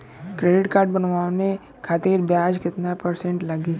Credit card बनवाने खातिर ब्याज कितना परसेंट लगी?